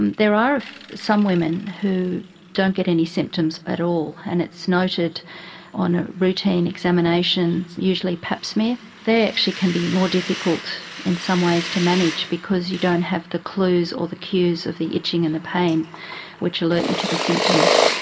and there are some women who don't get any symptoms at all, and it's noted on ah routine examinations, usually a pap smear. they actually can be more difficult in some ways to manage because you don't have the clues or the cues of the itching and the pain which alert you to the symptoms.